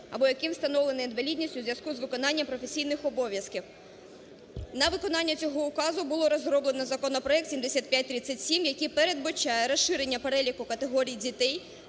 або яким встановлено інвалідність у зв'язку з виконанням професійних обов'язків. На виконання цього указу було розроблено законопроект 7537, який передбачає розширення переліку категорій дітей,